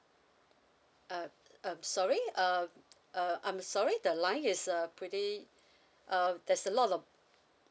uh I'm sorry uh uh I'm sorry the line is uh pretty uh there's a lot of